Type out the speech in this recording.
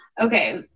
Okay